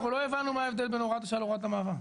אנחנו לא הבנו מה ההבדל בין הוראת השעה להוראת המעבר.